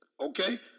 Okay